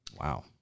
Wow